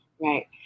Right